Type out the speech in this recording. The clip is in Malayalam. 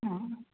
ആ